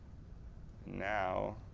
now,